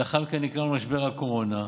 ולאחר מכן נקלענו למשבר הקורונה,